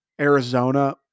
Arizona